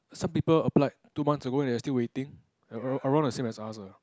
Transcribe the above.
some people applied two months ago and they are still waiting aro~ around the same time as us uh